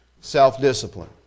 self-discipline